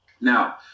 Now